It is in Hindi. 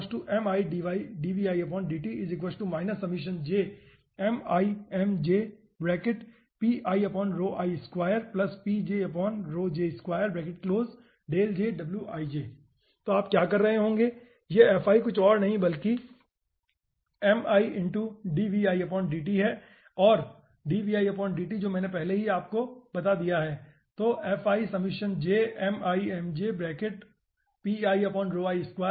तो आप क्या कर रहे होंगे यह और कुछ नहीं बल्कि हैं जो मैंने यहाँ पर पहले ही पता लगा लिया है